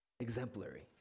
Exemplary